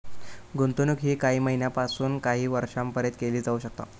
गुंतवणूक ही काही महिन्यापासून काही वर्षापर्यंत केली जाऊ शकता